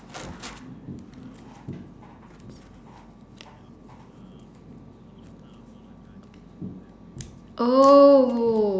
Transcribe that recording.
oh